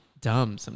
dumb